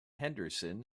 henderson